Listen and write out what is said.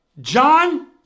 John